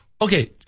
Okay